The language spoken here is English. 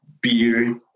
beer